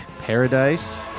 Paradise